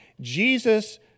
Jesus